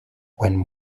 when